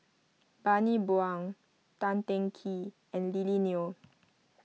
Bani Buang Tan Teng Kee and Lily Neo